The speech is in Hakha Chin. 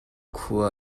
khua